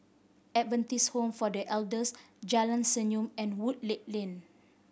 Adventist Home for The Elders Jalan Senyum and Woodleigh Lane